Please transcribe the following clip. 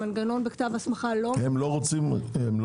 המנגנון בכתב הסמכה- -- הם לא יכולים?